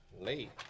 Late